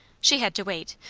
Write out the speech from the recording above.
she had to wait.